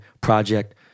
project